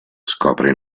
scopre